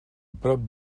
prop